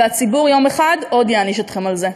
והציבור יום אחד עוד יעניש אתכם על זה.